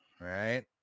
right